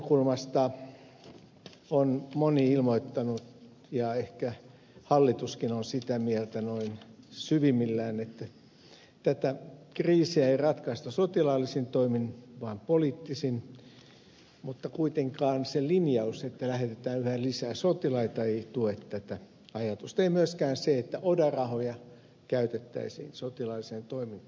suomen näkökulmasta on moni ilmoittanut ja ehkä hallituskin on sitä mieltä noin syvimmillään että tätä kriisiä ei ratkaista sotilaallisin toimin vaan poliittisin mutta kuitenkaan se linjaus että lähetetään yhä lisää sotilaita ei tue tätä ajatusta ei myöskään se että oda rahoja käytettäisiin sotilaalliseen toimintaan